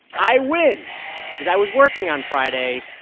i win because i was working on friday,